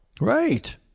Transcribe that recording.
right